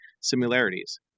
similarities